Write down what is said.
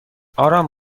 آرام